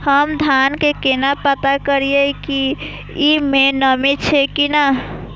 हम धान के केना पता करिए की ई में नमी छे की ने?